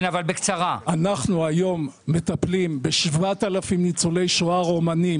אנחנו היום מטפלים ב-7,000 ניצולי שואה מרומניה.